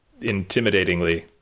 intimidatingly